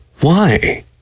Why